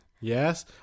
yes